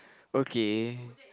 okay